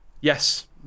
Yes